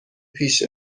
پیش